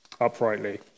uprightly